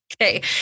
okay